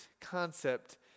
concept